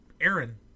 Aaron